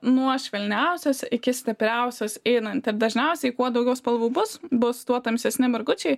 nuo švelniausios iki stipriausios einant ir dažniausiai kuo daugiau spalvų bus bus tuo tamsesni margučiai